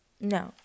No